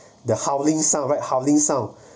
the howling sound right howling sound